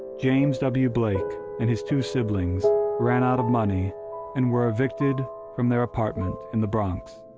james w. blake and his two siblings ran out of money and were evicted from their apartment in the bronx,